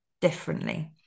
differently